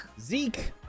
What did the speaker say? Zeke